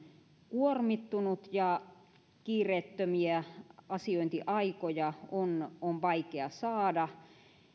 kuormittunut ja kiireettömiä asiointiaikoja on on vaikea saada